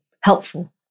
helpful